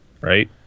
Right